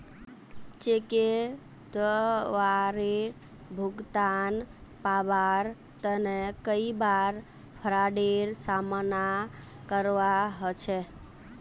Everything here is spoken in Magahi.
चेकेर द्वारे भुगतान पाबार तने कई बार फ्राडेर सामना करवा ह छेक